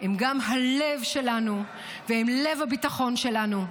הם גם הלב שלנו, והם לב הביטחון שלנו.